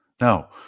now